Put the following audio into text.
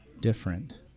different